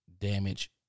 damage